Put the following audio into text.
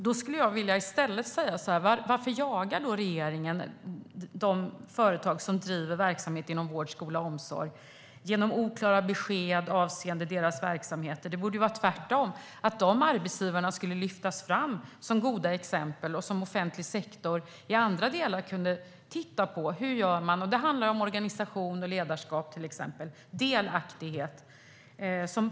Då vill jag i stället fråga: Varför jagar då regeringen de företag som driver verksamhet inom vård, skola och omsorg genom att lämna oklara besked avseende deras verksamheter? Det borde vara tvärtom. De privata arbetsgivarna borde lyftas fram som goda exempel där offentlig sektor kunde titta på hur man gör. Det handlar om organisation, ledarskap och delaktighet.